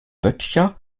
böttcher